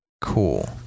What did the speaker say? cool